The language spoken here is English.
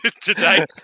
today